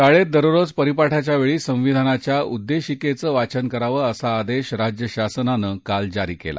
शाळेत दररोज परिपाठावेळी संविधानाच्या उद्देशिकेचं वाचन करावं असा आदेश राज्य शासनानं काल जारी केला